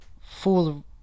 full